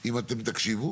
אם אתם תקשיבו,